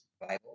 Bible